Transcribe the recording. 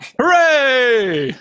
Hooray